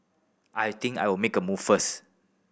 I think I'll make a move first